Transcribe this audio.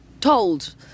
told